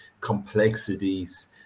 complexities